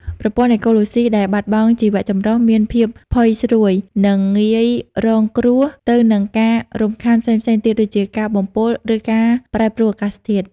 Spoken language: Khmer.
ប្រព័ន្ធអេកូឡូស៊ីដែលបាត់បង់ជីវៈចម្រុះ មានភាពផុយស្រួយ និងងាយរងគ្រោះទៅនឹងការរំខានផ្សេងៗទៀតដូចជាការបំពុល ឬការប្រែប្រួលអាកាសធាតុ។